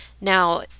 now